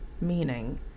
meaning